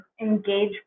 Engage